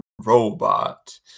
robot